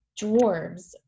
dwarves